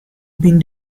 been